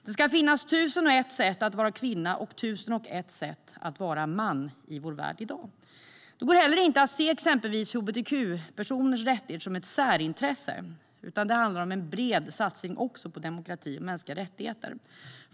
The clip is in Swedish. Det ska finnas tusen och ett sätt att vara kvinna och tusen och ett sätt att vara man i vår värld i dag. Det går heller inte att se exempelvis hbtq-personers rättigheter som ett särintresse, utan det handlar om en bred satsning också på demokrati och mänskliga rättigheter.